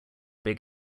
big